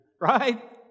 Right